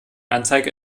anzeige